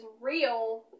real